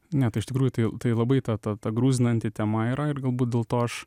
ne tai iš tikrųjų tai tai labai ta ta gruzinanti tema yra ir galbūt dėl to aš